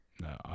no